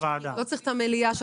לא צריך שלוש קריאות במליאה.